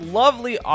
lovely